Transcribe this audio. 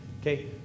Okay